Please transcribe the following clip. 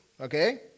Okay